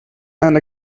and